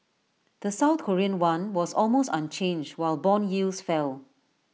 the south Korean won was almost unchanged while Bond yields fell